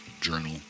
journal